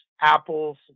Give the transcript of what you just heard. apples